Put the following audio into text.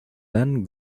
lan